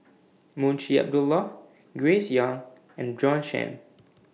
Munshi Abdullah Grace Young and Bjorn Shen